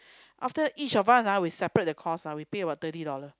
after each of us ah we separate the cost ah we pay about thirty dollar